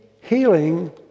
healing